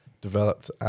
developed